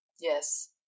Yes